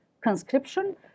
conscription